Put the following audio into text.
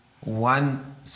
one